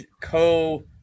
co